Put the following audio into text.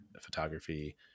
photography